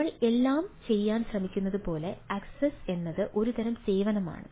നമ്മൾ എല്ലാം ചെയ്യാൻ ശ്രമിക്കുന്നതുപോലെ അക്സസ്സ് എന്നത് ഒരു തരം സേവനമാണ്